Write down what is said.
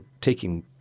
taking